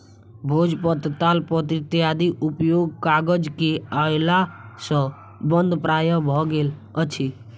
भोजपत्र, तालपत्र इत्यादिक उपयोग कागज के अयला सॅ बंद प्राय भ गेल अछि